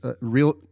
real